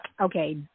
okay